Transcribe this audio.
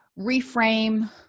reframe